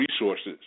resources